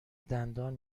دندان